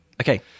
Okay